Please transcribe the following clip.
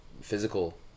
physical